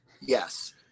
Yes